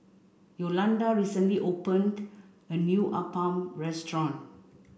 Yolanda recently opened a new Appam restaurant